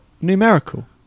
numerical